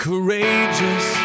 Courageous